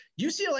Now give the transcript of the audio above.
UCLA